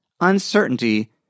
uncertainty